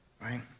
right